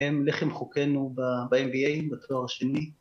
הם לחם חוקנו ב-NBA בתואר השני